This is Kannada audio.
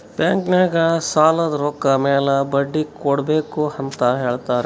ಬ್ಯಾಂಕ್ ನಾಗ್ ಸಾಲದ್ ರೊಕ್ಕ ಮ್ಯಾಲ ಬಡ್ಡಿ ಕೊಡ್ಬೇಕ್ ಅಂತ್ ಹೇಳ್ತಾರ್